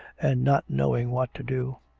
and not knowing what to do,